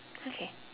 okay